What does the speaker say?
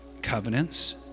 covenants